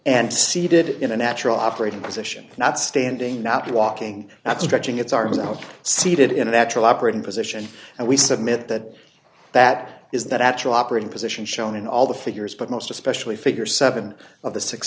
and seated in a natural operating position not standing not walking that's stretching its arms out seated in a natural operating position and we submit that that is that actual operating position shown in all the figures but most especially figure seven of the six